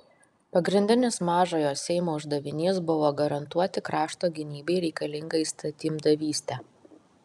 pagrindinis mažojo seimo uždavinys buvo garantuoti krašto gynybai reikalingą įstatymdavystę